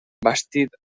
bastit